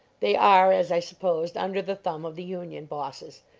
they are, as i supposed, under the thumb of the union bosses.